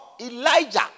Elijah